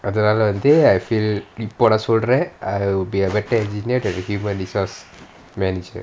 அது நாலா வந்து:athu naala vanthu I feel இப்போ நான் சொல்றேன்:ippo naan solraen I will be a better engineer than human resource manager